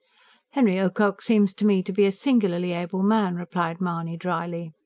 henry ocock seems to me to be a singularly able man, replied mahony drily.